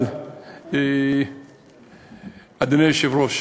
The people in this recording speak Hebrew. אדוני היושב-ראש,